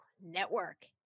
network